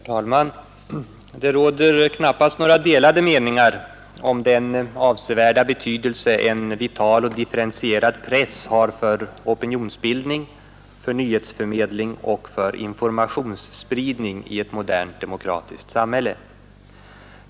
Herr talman! Det råder knappast några delade meningar om den avsevärda betydelse en vital och differentierad press har för opinionsbildning, för nyhetsförmedling och för informationsspridning i ett modernt demokratiskt samhälle.